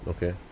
Okay